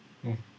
mm